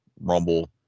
Rumble